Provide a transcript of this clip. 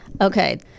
Okay